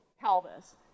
pelvis